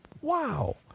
Wow